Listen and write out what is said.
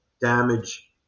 damage